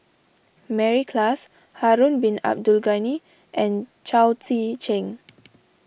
Mary Klass Harun Bin Abdul Ghani and Chao Tzee Cheng